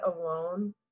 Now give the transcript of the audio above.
alone